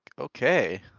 Okay